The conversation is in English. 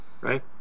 Right